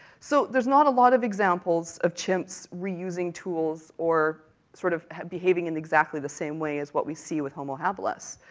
so, there's not a lot of examples of chimps reusing tools or sort of behaving in exactly the same way as what we see with homo habilis.